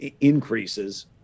increases